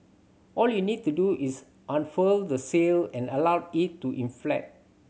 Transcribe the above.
all you need to do is unfurl the sail and allow it to inflate